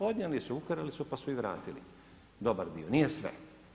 Odnijeli su, ukrali su, pa su i vratili dobar dio, nije sve.